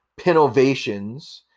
Pinovations